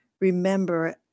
remember